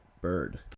bird